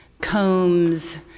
combs